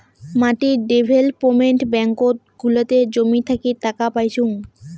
মাটি ডেভেলপমেন্ট ব্যাঙ্কত গুলাতে জমি থাকি টাকা পাইচুঙ